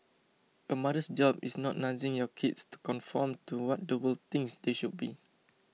a mother's job is not nudging your kids to conform to what the world thinks they should be